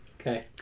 Okay